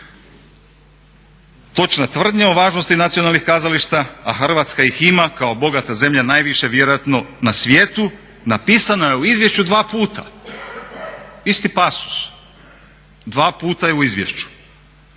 Točna tvrdnja o važnosti nacionalnih kazališta a Hrvatska ih ima kao bogata zemlje najviše vjerojatno na svijetu napisana je u izvješću dva puta. Isti pasos. Dva puta je u izvješću.